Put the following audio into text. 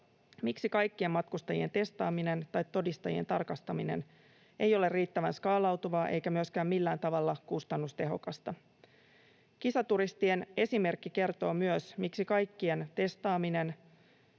miksi kaikkien matkustajien testaaminen tai todistusten tarkastaminen ei ole riittävän skaalautuvaa eikä myöskään millään tavalla kustannustehokasta. Kisaturistien esimerkki kertoo myös, miksi kaikkien testaaminen